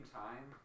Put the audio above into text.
time